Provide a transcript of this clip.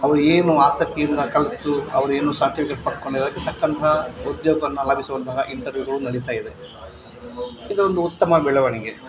ಅವರೇನು ಆಸಕ್ತಿಯಿಂದ ಕಲಿತು ಅವರೇನು ಸರ್ಟಿಫಿಕೇಟ್ ಪಡ್ಕೊಂಡಿದ್ದಾರೆ ಅದಕ್ಕೆ ತಕ್ಕಂತಹ ಉದ್ಯೋಗವನ್ನು ಲಭಿಸುವಂತಹ ಇಂಟರ್ವ್ಯೂಗಳು ನಡಿತಾಯಿದೆ ಇದೊಂದು ಉತ್ತಮ ಬೆಳವಣಿಗೆ